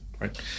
right